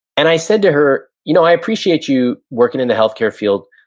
and i said to her, you know i appreciate you working in the healthcare field.